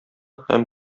һәм